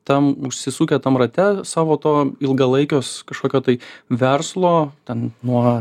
tam užsisukę tam rate savo to ilgalaikios kažkokio tai verslo ten nuo